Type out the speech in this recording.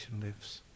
lives